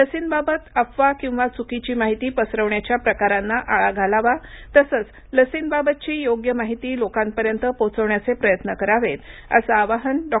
लसींबाबत अफवा किंवा चुकीची माहिती पसरवण्याच्या प्रकारांना आळा घालावा तसंच लसींबाबतची योग्य माहिती लोकापर्यंत पोहोचवण्याचे प्रयत्न करावेत असं आवाहन डॉ